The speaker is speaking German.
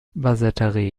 basseterre